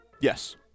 Yes